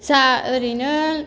जोंहा ओरैनो